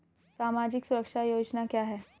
सामाजिक सुरक्षा योजना क्या है?